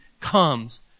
comes